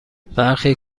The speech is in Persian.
برخی